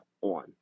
ON